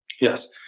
Yes